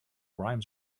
rhymes